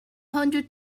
hundred